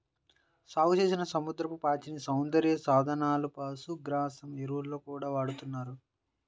సాగుచేసిన సముద్రపు పాచిని సౌందర్య సాధనాలు, పశుగ్రాసం, ఎరువుల్లో గూడా వాడతన్నారు